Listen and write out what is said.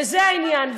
וזה העניין.